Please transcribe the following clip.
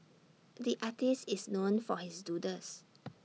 the artist is known for his doodles